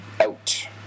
out